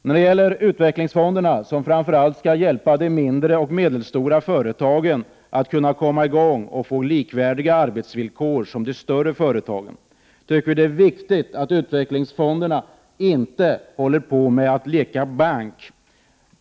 När det gäller utvecklingsfonderna, som framför allt skall hjälpa de mindre och medelstora företagen att komma i gång och få likvärdiga arbetsvillkor som de större företagen, tycker vi att det är viktigt att fonderna inte leker bank.